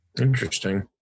Interesting